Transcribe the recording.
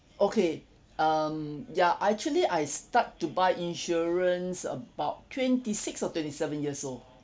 okay um ya I actually I start to buy insurance about twenty six or twenty seven years old